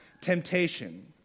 temptation